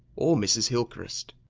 or mrs. hillcrist.